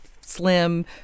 slim